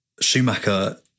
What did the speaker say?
Schumacher